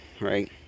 right